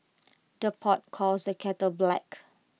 the pot calls the kettle black